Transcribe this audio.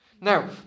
Now